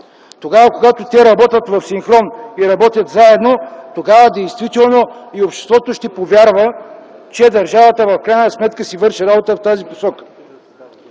държавата. Когато те работят в синхрон и работят заедно, тогава и обществото ще повярва, че държавата в крайна сметка си върши работата в тази посока.